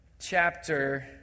chapter